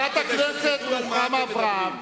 חברת הכנסת רוחמה אברהם,